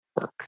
work